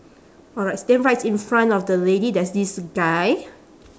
alright then right in front of the lady there's this guy